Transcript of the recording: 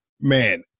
Man